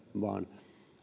vaan